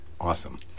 Awesome